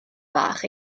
bach